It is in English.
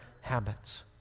habits